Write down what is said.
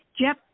Jeff